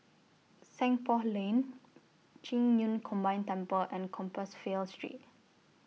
Seng Poh Lane Qing Yun Combined Temple and Compassvale Street